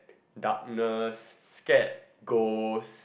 darkness scared ghost